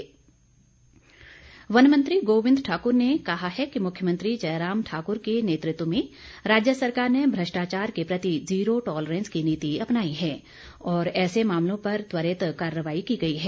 गोविंद ठाकुर वन मंत्री गोविंद ठाकुर ने कहा है कि मुख्यमंत्री जयराम ठाकुर के नेतृत्व में राज्य सरकार ने भ्रष्टाचार के प्रति जीरो टॉलरेंस की नीति अपनाई है और ऐसे मामलों पर त्वरित कार्रवाई की गई है